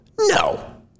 No